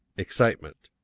excitement?